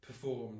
performed